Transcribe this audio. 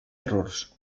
errors